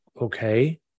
okay